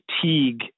fatigue